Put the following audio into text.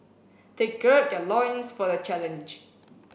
they gird their loins for the challenge